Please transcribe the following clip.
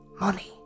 Money